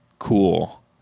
cool